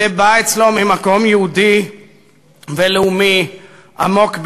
זה בא אצלו ממקום יהודי ולאומי עמוק ביותר.